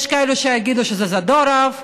יש כאלה שיגידו שזה זדורוב,